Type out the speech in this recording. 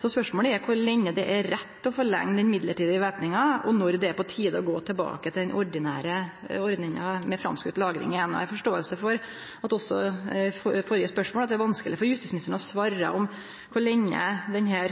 så spørsmålet er kor lenge det er rett å forlenge den midlertidige væpninga og når det er på tide å gå tilbake til den ordinære ordninga med framskutt lagring. Eg forstår – med tilvising til førre spørsmål – at det er vanskeleg for justisministeren å svare på kor lenge denne